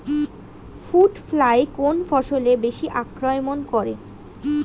Fruit fly কোন ফসলে বেশি আক্রমন করে?